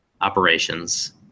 operations